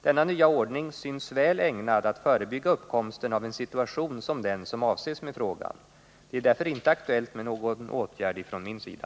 Denna nya ordning synes väl ägnad att förebygga uppkomsten av en situation som den som avses med frågan. Det är därför inte aktuellt med någon åtgärd från min sida.